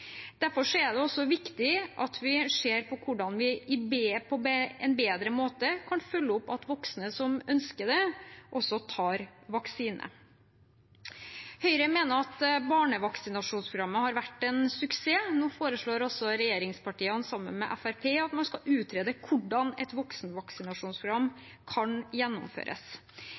Derfor er det viktig at vi ser på hvordan vi på en bedre måte kan følge opp at voksne som ønsker det, tar vaksine. Høyre mener at barnevaksinasjonsprogrammet har vært en suksess. Nå foreslår regjeringspartiene sammen med Fremskrittspartiet at man skal utrede hvordan et voksenvaksinasjonsprogram kan gjennomføres.